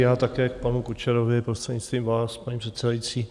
Já také k panu Kučerovi, prostřednictvím vás, paní předsedající.